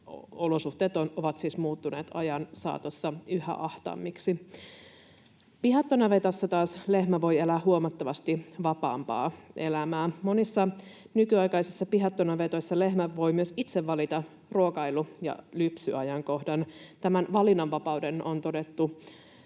olosuhteet ovat siis muuttuneet ajan saatossa yhä ahtaammiksi. Pihattonavetassa taas lehmä voi elää huomattavasti vapaampaa elämää. Monissa nykyaikaisissa pihattonavetoissa lehmä voi myös itse valita ruokailu‑ ja lypsyajankohdan. Tämän valinnanvapauden on todettu